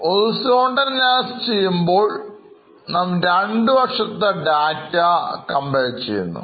Horizontal analysisചെയ്യുമ്പോൾ നാം രണ്ടു വർഷത്തെ ഡാറ്റ Compare ചെയ്യുന്നു